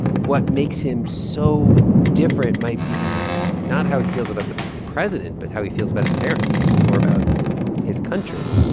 what makes him so different might be not how he feels about the president but how he feels about his parents or about his country.